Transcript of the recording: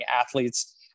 athletes